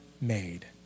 made